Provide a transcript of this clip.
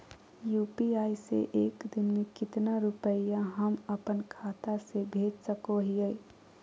UPI से एक दिन में कितना रुपैया हम अपन खाता से भेज सको हियय?